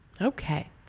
Okay